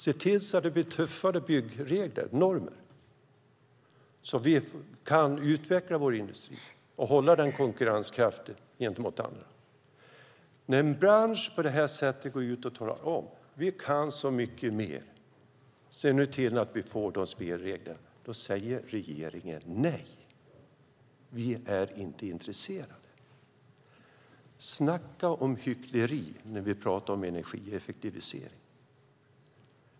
Se till att det blir tuffare byggregler och byggnormer så att vi kan utveckla vår industri och hålla den konkurrenskraftig gentemot andra! När en bransch på det här sättet går ut och talar om att vi kan så mycket mer och se nu till att vi får de spelreglerna, då säger regeringen att nej, det är vi inte intresserade av. Snacka om hyckleri när vi pratar om energieffektivisering!